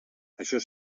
això